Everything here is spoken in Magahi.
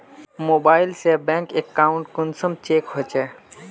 मोबाईल से बैंक अकाउंट कुंसम चेक होचे?